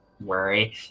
worry